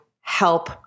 help